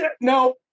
no